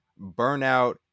burnout